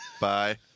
Bye